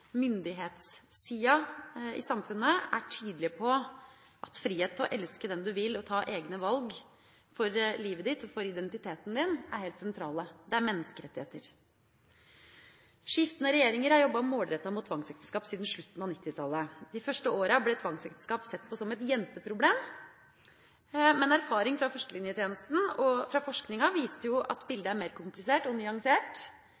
myndighetssida i samfunnet er tydelige på at frihet til å elske den du vil og ta egne valg for livet ditt og identiteten din, er helt sentralt. Det er menneskerettigheter. Skiftende regjeringer har jobbet målrettet mot tvangsekteskap siden slutten av 1990-tallet. De første årene ble tvangsekteskap sett på som et jenteproblem, men erfaring fra førstelinjetjenesten og fra forskning har vist at